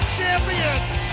champions